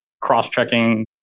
cross-checking